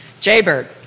Jaybird